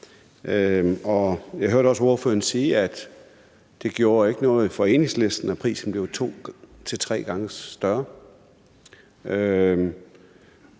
jeg hørte også ordføreren sige, at det ikke gjorde noget for Enhedslisten, at prisen blev to til tre gange højere.